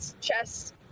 chess